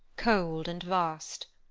cold, and vast.